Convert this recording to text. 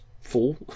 full